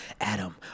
Adam